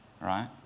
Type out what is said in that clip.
right